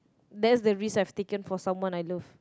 that's the risk I've taken for someone I love